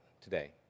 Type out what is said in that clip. today